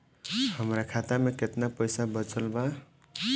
हमरा खाता मे केतना पईसा बचल बा?